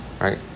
right